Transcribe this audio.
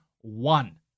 one